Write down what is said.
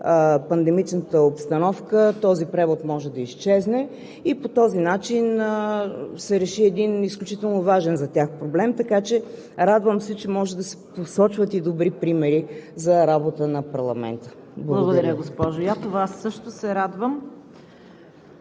пандемичната обстановка този превод може да изчезне. По този начин се реши един изключително важен за тях проблем. Радвам се, че може да се посочват и добри примери за работата на парламента. Благодаря. ПРЕДСЕДАТЕЛ ЦВЕТА